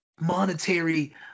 monetary